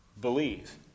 believe